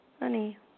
Honey